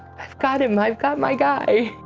i've got him, i've got my guy.